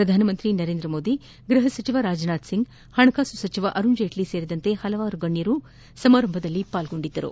ಪ್ರಧಾನಮಂತ್ರಿ ನರೇಂದ್ರ ಮೋದಿ ಗೃಪ ಸಚಿವ ರಾಜನಾಥ್ ಸಿಂಗ್ ಪಣಕಾಸು ಸಚಿವ ಅರುಣ್ ಜೇಟ್ಲ ಸೇರಿದಂತೆ ಪಲವಾರು ಗಣ್ಯರು ಸಮಾರಂಭದಲ್ಲಿ ಪಾಲ್ಗೊಂಡಿದ್ದರು